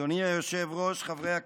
אדוני היושב-ראש, חברי הכנסת,